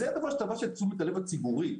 זה הדבר שתפס את תשומת הלב הציבורית,